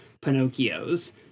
Pinocchio's